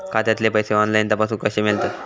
खात्यातले पैसे ऑनलाइन तपासुक कशे मेलतत?